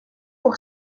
pour